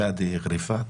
פאדי גריפאת,